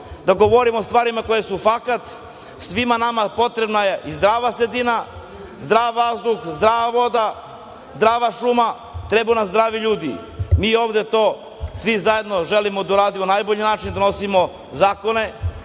da govorimo o stvarima koje su fakat. Svima nama potrebna je zdrava sredina, zdrav vazduh, zdrava voda, zdrava šuma, trebaju nam zdravi ljudi. Mi ovde svi zajedno želimo da uradimo na najbolji način, donosimo zakone